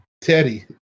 Teddy